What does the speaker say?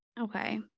Okay